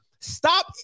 Stop